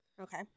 Okay